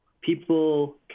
people